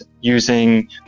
using